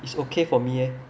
is okay for me eh